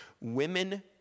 women